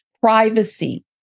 privacy